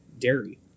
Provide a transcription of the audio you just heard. dairy